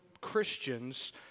Christians